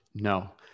No